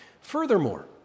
Furthermore